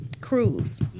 cruise